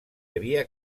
havia